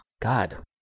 God